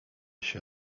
się